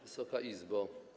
Wysoka Izbo!